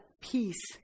peace